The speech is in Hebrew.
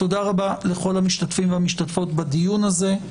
תודה רבה לכל המשתתפים והמשתתפות בדיון הזה.